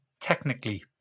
technically